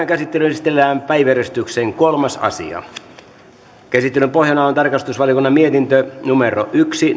käsittelyyn esitellään päiväjärjestyksen kolmas asia käsittelyn pohjana on on tarkastusvaliokunnan mietintö yksi